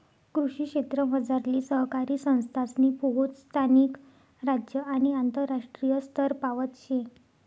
कृषी क्षेत्रमझारली सहकारी संस्थासनी पोहोच स्थानिक, राज्य आणि आंतरराष्ट्रीय स्तरपावत शे